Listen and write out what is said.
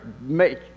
make